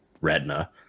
Retina